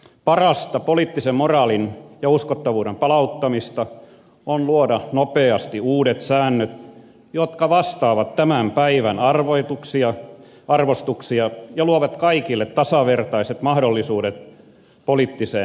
parasta poliittisen moraalin ja uskottavuuden palauttamista on luoda nopeasti uudet säännöt jotka vastaavat tämän päivän arvostuksia ja luovat kaikille tasavertaiset mahdollisuudet poliittiseen osallistumiseen